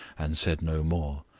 and said no more.